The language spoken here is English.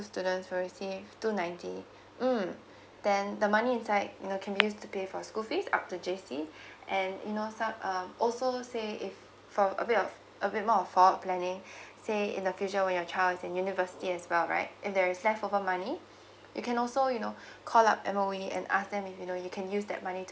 students will receive two ninety mm then the money inside you know can be used to pay for school fees up to J_C and you know some uh also say if from a bit of a bit more of forward planning say in the future when your child is in university as well right if there is leftover money you can also you know call up M_O_E and ask them if you know you can use that money to